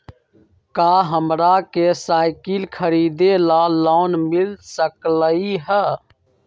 का हमरा के साईकिल खरीदे ला लोन मिल सकलई ह?